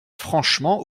franchement